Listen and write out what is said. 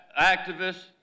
activists